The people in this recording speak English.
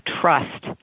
trust